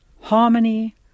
harmony